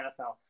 NFL